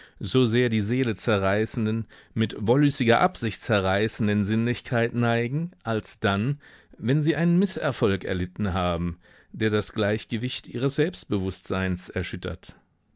so sehr die seele zerreißenden mit wollüstiger absicht zerreißenden sinnlichkeit neigen als dann wenn sie einen mißerfolg erlitten haben der das gleichgewicht ihres selbstbewußtseins erschüttert